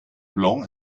blanc